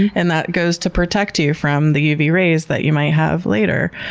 and that goes to protect you from the uv rays that you might have later.